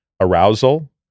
arousal